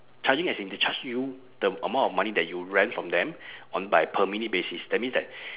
charging as in they charge you the amount of money that you rent from them on by per minute basis that means that